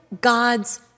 God's